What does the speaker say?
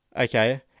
okay